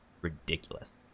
ridiculous